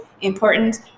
important